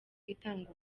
itanga